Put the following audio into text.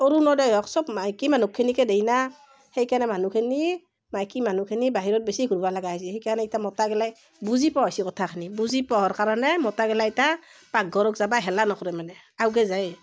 অৰুণোদয়েই হওক চব মাইকী মানুহখিনিকে দেই না সেই কাৰণে মানুহখিনি মাইকী মানুহখিনি বাহিৰত বেছি ঘূৰবা লগা হৈছে সেই কাৰণে ইতা মতাগিলাই বুজি পোৱা হৈছে কথাখিনি বুজি পোৱাৰ কাৰণে মতাগিলাই ইতা পাকঘৰত যাব হেলা নকৰে মানে আগুৱাই যায়েই